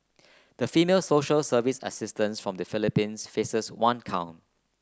the female social service assistance from the Philippines faces one count